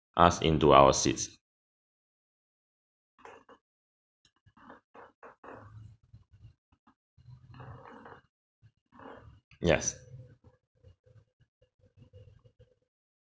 us into our seats yes